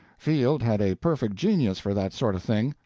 field had a perfect genius for that sort of thing,